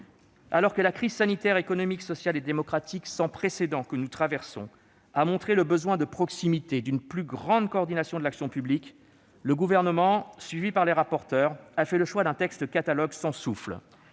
Alors que la crise sanitaire, économique, sociale et démocratique sans précédent que nous traversons a montré le besoin de proximité et d'une plus grande coordination de l'action publique, le Gouvernement, suivi par les rapporteurs, a fait le choix d'un texte « catalogue » sans souffle.